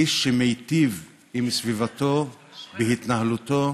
איש שמיטיב עם סביבתו והתנהלותו,